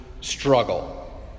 struggle